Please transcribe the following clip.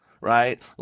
right